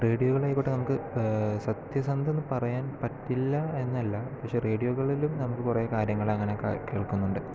റേഡിയോകളായിക്കോട്ടെ നമുക്ക് സത്യസന്ധത പറയാൻ പറ്റില്ല എന്നല്ല പക്ഷേ റേഡിയോകളിലും നമുക്ക് കുറേ കാര്യങ്ങൾ അങ്ങനെ കേൾക്കുന്നുണ്ട്